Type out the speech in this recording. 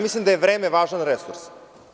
Mislim da je vreme važan resurs.